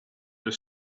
the